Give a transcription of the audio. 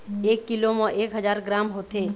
एक कीलो म एक हजार ग्राम होथे